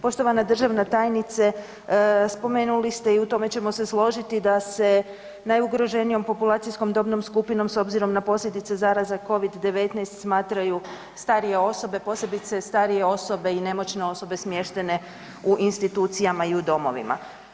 Poštovana državna tajnice, spomenuli ste i u tome ćemo se složiti da se najugroženijom populacijskom dobnom skupinom s obzirom na posljedice zaraze Covid-19 smatraju starije osobe, posebice starije osobe i nemoćne osobe smještene u institucijama i u domovima.